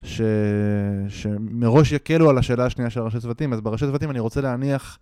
שמראש יקלו על השאלה השנייה של הראשי צוותים, אז בראשי צוותים אני רוצה להניח...